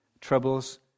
troubles